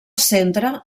centre